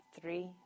three